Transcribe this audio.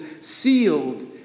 sealed